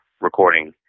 recording